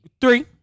Three